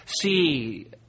see